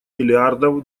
миллиардов